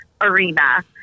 arena